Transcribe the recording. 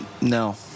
no